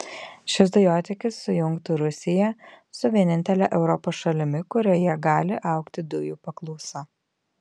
šis dujotiekis sujungtų rusiją su vienintele europos šalimi kurioje gali augti dujų paklausa